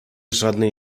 żadnej